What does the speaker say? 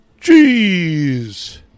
jeez